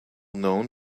known